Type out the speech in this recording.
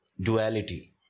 duality